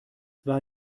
war